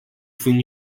fui